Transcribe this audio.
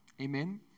Amen